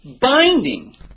binding